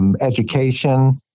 education